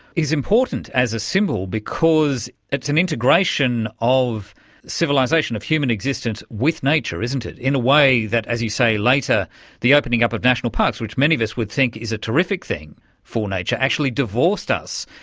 is important as a symbol because it's an integration of civilisation, of human existence with nature, isn't it, in a way that, as you say, later the opening up of national parks, which many of us would think is a terrific thing for nature, actually divorced us,